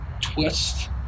twist